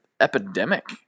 epidemic